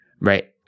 right